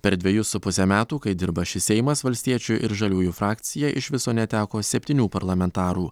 per dvejus su puse metų kai dirba šis seimas valstiečių ir žaliųjų frakcija iš viso neteko septynių parlamentarų